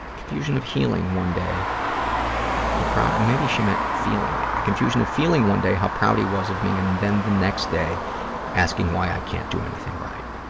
confusion of healing one day how proud, or maybe she meant feeling. the confusion of feeling one day how proud he was of me and then the next day asking why i can't do anything right.